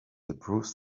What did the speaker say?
improves